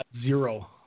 Zero